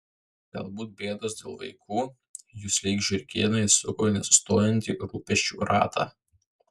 galbūt bėdos dėl vaikų jus lyg žiurkėną įsuko į nesustojantį rūpesčių ratą